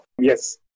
Yes